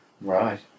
Right